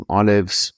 olives